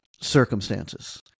circumstances